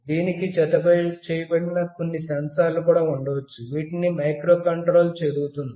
దీనికి జతచేయబడిన కొన్ని సెన్సార్లు కూడా ఉండవచ్చు వీటిని మైక్రో కంట్రోలర్ చదువుతుంది